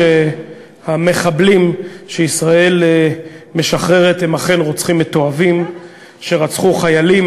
המחבלים שישראל משחררת הם אכן רוצחים מתועבים שרצחו חיילים,